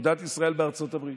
אגודת ישראל בארצות הברית.